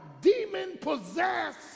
demon-possessed